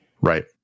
right